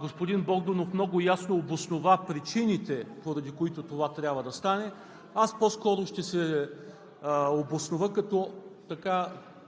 Господин Богданов много ясно обоснова причините, поради които това трябва да стане. Аз по-скоро ще се обоснова като